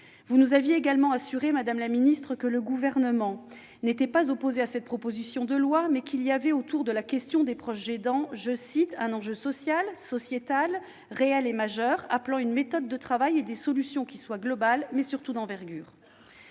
Vous nous aviez également assuré que le Gouvernement n'était pas opposé à cette proposition de loi, mais qu'il y avait, autour de la question des proches aidants, « un enjeu social et sociétal réel, majeur, appelant une méthode de travail et des solutions qui soient globales, mais surtout d'envergure ».